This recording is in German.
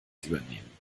übernehmen